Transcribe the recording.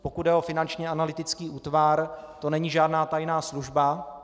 Pokud jde o Finanční analytický útvar, to není žádná tajná služba.